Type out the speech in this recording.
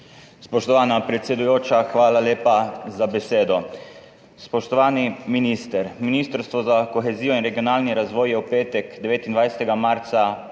Spoštovana predsedujoča, hvala lepa za besedo. Spoštovani minister, Ministrstvo za kohezijo in regionalni razvoj je v petek, 29. marca,